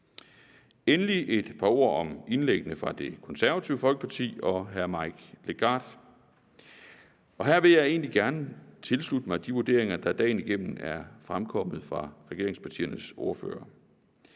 Endelig et par ord om indlæggene fra Det Konservative Folkeparti og hr. Mike Legarth, og her vil jeg egentlig gerne tilslutte mig de vurderinger, der dagen igennem er fremkommet fra regeringspartiernes ordførere.